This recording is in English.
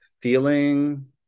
feeling